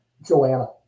Joanna